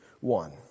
one